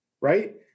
right